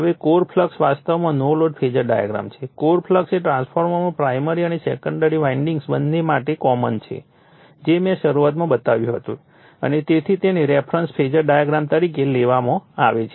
હવે core flux વાસ્તવમાં no load phasor diagram છે કોર ફ્લક્સ એ ટ્રાન્સફોર્મરમાં પ્રાઇમરી અને સેકન્ડરી વાઇન્ડિંગ્સ બંને માટે કોમન છે જે મેં શરૂઆતમાં બતાવ્યું હતું અને તેથી તેને રેફરન્સ ફેઝર ડાયાગ્રામ તરીકે લેવામાં આવે છે